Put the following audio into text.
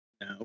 No